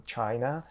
China